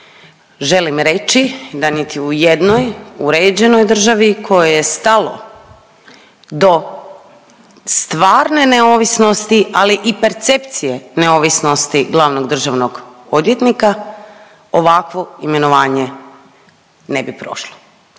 želim reći da niti u jednoj uređenoj državi kojoj je stalo do stvarne neovisnosti, ali i percepcije neovisnosti glavnog državnog odvjetnika ovakvo imenovanje ne bi prošlo.